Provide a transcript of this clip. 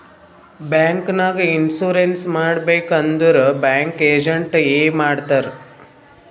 bank ನಾಗ್ insurance ಮಾಡಬೇಕ್ ಅಂದುರ್ ಬ್ಯಾಂಕ್ ಏಜೆಂಟ್ ಎ ಮಾಡ್ತಾರ್